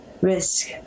risk